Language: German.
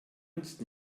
nützt